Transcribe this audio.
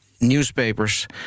newspapers